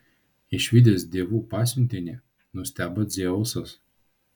išvydęs dievų pasiuntinį nustebo dzeusas